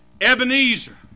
Ebenezer